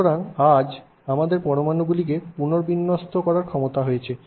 সুতরাং আজ আমাদের পরমাণু গুলিকে পুনর্বিন্যস্ত করার ক্ষমতা হয়েছে